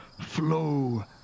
flow